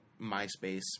MySpace